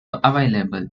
available